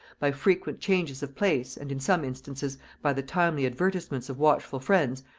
by frequent changes of place, and in some instances by the timely advertisements of watchful friends,